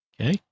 Okay